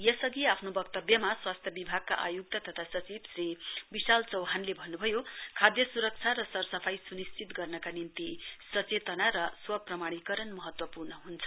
यसअघि आफ्नो वक्तव्य स्वास्थ्य विभागका आयुक्त तथा सचिव श्री विशाल चौहानले भन्नुभयो खाद्य सुरक्षा र सरसफाई सुनिश्चित गर्नका निम्ति सचेतना र स्वप्रभाणीकरण महत्वपूर्ण हुन्छ